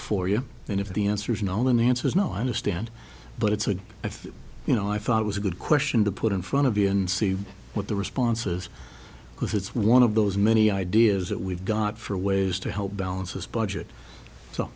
before you and if the answer is no an answer is no i understand but it's a i think you know i thought it was a good question to put in front of you and see what the responses because it's one of those many ideas that we've got for ways to help balance his budget so